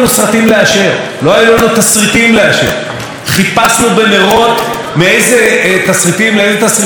חיפשנו בנרות לאיזה תסריטים אפשר לתת כסף כדי שהענף הזה ימשיך להתקיים.